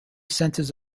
centers